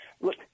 Look